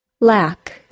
Lack